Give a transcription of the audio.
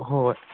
ꯍꯣꯏ ꯍꯣꯏ